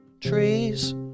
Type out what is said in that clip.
trees